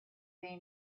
they